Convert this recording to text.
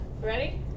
Ready